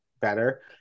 better